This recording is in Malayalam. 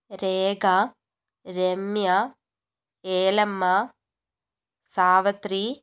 രേഖ രമ്യ ഏലമ്മ സാവിത്രി